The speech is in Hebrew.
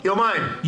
יומיים,